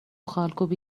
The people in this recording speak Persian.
خالکوبی